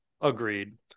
Agreed